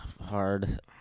hard